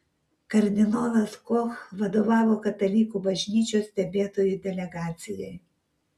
kardinolas koch vadovavo katalikų bažnyčios stebėtojų delegacijai